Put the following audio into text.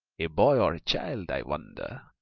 a boy or a child, i wonder? a